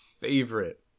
favorite